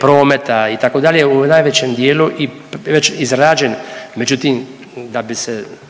prometa itd. u najvećem dijelu i već izrađen. Međutim, da bi se